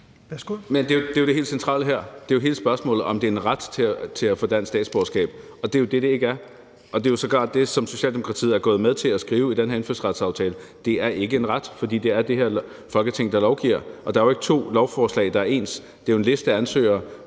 det er jo det helt centrale her. Det er hele spørgsmålet, om det er en ret til at få dansk statsborgerskab, og det er jo det, det ikke er. Det er sågar det, som Socialdemokratiet er gået med til at skrive i den her indfødsretsaftale. Det er ikke en ret, fordi det er det her Folketing, der lovgiver, og der er jo ikke to lovforslag, der er ens. Det er jo en liste af ansøgere.